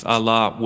Allah